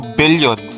billion